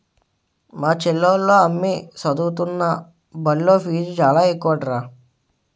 మా చెల్లోల అమ్మి సదువుతున్న బల్లో ఫీజు చాలా ఎక్కువట